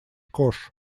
кош